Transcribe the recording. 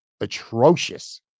atrocious